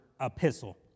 epistle